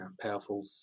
powerful